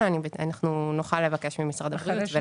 אנחנו נוכל לבקש ממשרד הבריאות את הפרויקטים שהיו בבתי חולים לקורונה,